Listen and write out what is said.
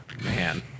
man